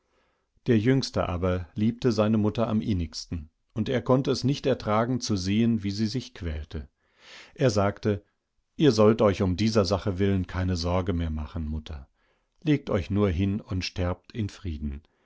der jüngste aber liebte seine mutter am innigsten und er konnte es nicht ertragen zu sehen wie sie sich quälte er sagte ihr sollt euch um dieser sachewillenkeinesorgemehrmachen mutter legteuchnurhinundsterbt in frieden